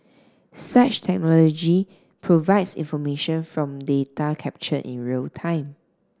such technology provides information from data captured in real time